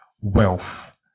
wealth